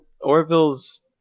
Orville's